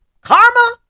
Karma